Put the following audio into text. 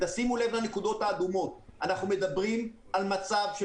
שימו לב לנקודות האדומות: אנחנו מדברים על מצב של